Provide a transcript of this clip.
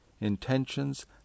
intentions